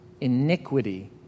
iniquity